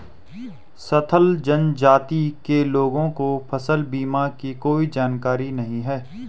संथाल जनजाति के लोगों को फसल बीमा की कोई जानकारी नहीं है